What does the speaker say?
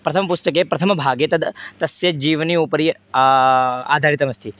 प्रथमपुस्तके प्रथमभागे तद् तस्य जीवने उपरि आ आधारितमस्ति